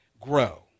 grow